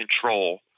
control